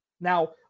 Now